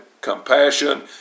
compassion